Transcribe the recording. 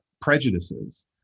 prejudices